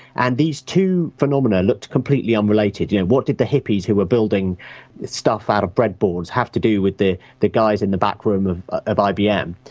and these two phenomena looked completely unrelated. you know, what did the hippies who were building stuff out of breadboards have to do with the the guys in the back room of of ibm?